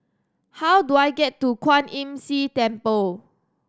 how do I get to Kwan Imm See Temple